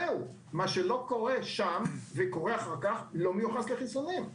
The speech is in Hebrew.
מה שלא קורה שם, לא מיוחס לחיסונים.